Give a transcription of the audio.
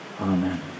Amen